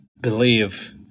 believe